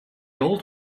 old